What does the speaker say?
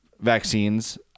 vaccines